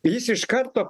jis iš karto